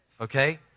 okay